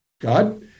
God